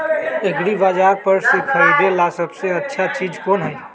एग्रिबाजार पर से खरीदे ला सबसे अच्छा चीज कोन हई?